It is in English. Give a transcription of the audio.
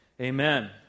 Amen